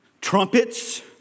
trumpets